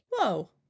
Whoa